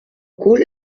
cul